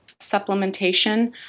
supplementation